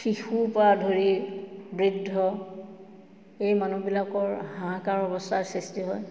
শিশুৰ পৰা ধৰি বৃদ্ধ এই মানুহবিলাকৰ হাহাকাৰ অৱস্থাৰ সৃষ্টি হয়